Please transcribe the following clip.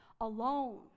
alone